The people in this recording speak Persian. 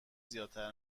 زیادتر